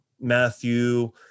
matthew